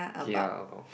kia about